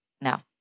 no